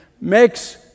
makes